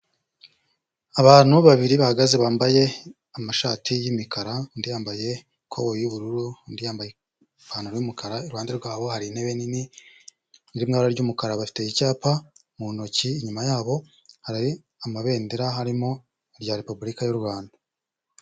Abantu babiri bahagaze bambaye amashati y'imikara, undi yambaye ikoboyi y'ubururu, undi yambaye ipantaro y'umukara, iruhande rwabo hari intebe nini, iri mu ibara ry'umukara, bafite icyapa mu ntoki, inyuma yabo hari amabendera, harimo irya repubulika y'Urwanda.